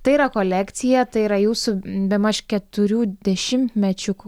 tai yra kolekcija tai yra jūsų bemaž keturių dešimtmečių